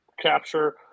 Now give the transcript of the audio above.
capture